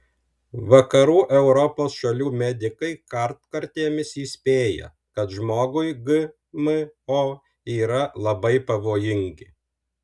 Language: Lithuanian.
vakarų europos šalių medikai kartkartėmis įspėja kad žmogui gmo yra labai pavojingi